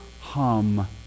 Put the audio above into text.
hum